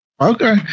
Okay